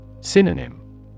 Synonym